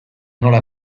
nola